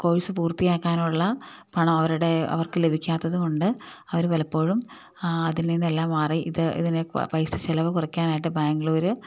course പൂർത്തിയാക്കാനുള്ള പണം അവരുടെ അവർക്ക് ലഭിക്കാത്തതുകൊണ്ട് അവര് പലപ്പോഴും അതിൽ നിന്നെല്ലാം മാറി ഇത് ഇതിനെ പൈസച്ചെലവ് കുറയ്ക്കാനായിട്ട് ബാംഗ്ലൂര്